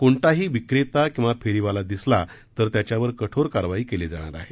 कोणताही विक्रेता किद्वी फेरीवाला दिसल्यास त्याच्यावर कठोर कारवाई केली जाणार आहे